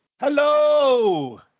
Hello